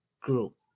group